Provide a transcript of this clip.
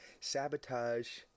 sabotage